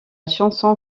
chanson